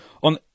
On